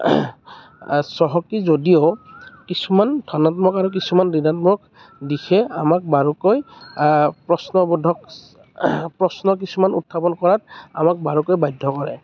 চহকী যদিও কিছুমান ধনাত্মক আৰু কিছুমান ঋণাত্মক দিশে আমাক বাৰুকৈ প্ৰশ্নবোধক প্ৰশ্ন কিছুমান উত্থাপন কৰাত আমাক বাৰুকৈ বাধ্য কৰায়